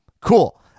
Cool